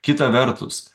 kita vertus